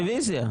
רוויזיה.